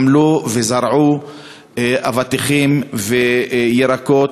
הם עמלו וזרעו אבטיחים וירקות,